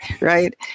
right